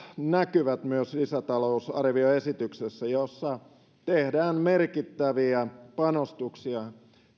näkyvät myös lisätalousarvioesityksessä jossa tehdään merkittäviä panostuksia